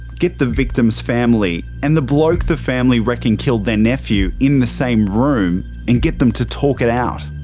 get the victim's family and the bloke the family reckon killed their nephew in the same room and get them to talk it out.